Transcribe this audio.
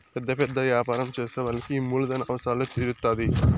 పెద్ద పెద్ద యాపారం చేసే వాళ్ళకి ఈ మూలధన అవసరాలు తీరుత్తాధి